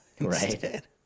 Right